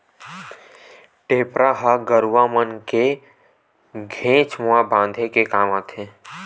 टेपरा ह गरुवा मन के घेंच म बांधे के काम आथे